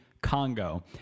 Congo